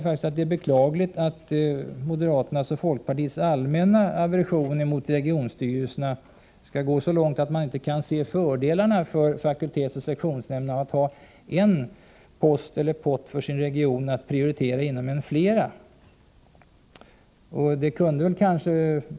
Det är beklagligt att moderaternas och folkpartiets allmänna aversion mot regionstyrelserna skall påverka dem så mycket att de inte kan se fördelarna för fakultets/sektionsnämnden med att ha en post för sin region att prioritera inom i stället för flera.